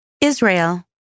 Israel